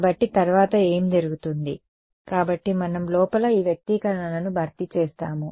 కాబట్టి తర్వాత ఏమి జరుగుతుంది కాబట్టి మనం లోపల ఈ వ్యక్తీకరణలను భర్తీ చేస్తాము